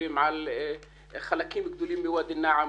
מדברים על חלקים גדולים מוואדי נעם.